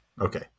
Okay